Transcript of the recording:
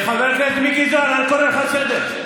חבר הכנסת מיקי זוהר, אני קורא אותך לסדר.